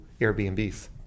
Airbnbs